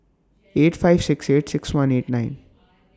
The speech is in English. eight five six eight six one eight nine